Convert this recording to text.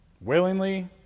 willingly